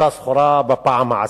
אותה סחורה בפעם העשירית: